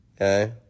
Okay